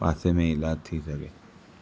पासे में ई इलाजु थी सघे